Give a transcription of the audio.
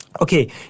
Okay